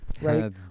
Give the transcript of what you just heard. right